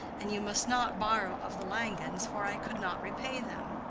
and you must not borrow of the langens, for i could not repay them.